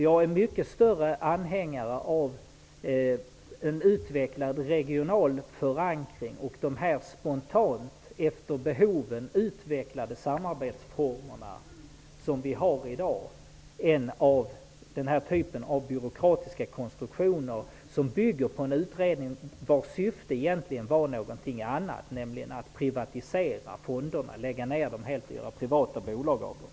Jag är mycket större anhängare av en utvecklad regional förankring och de här spontant, efter behoven, utvecklade samarbetsformer som vi har i dag än av den typen av byråkratiska konstruktioner som bygger på en utredning vars syfte egentligen var någonting annat, nämligen att privatisera, dvs. lägga ned fonderna helt och göra privata bolag av dem.